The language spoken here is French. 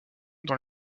dans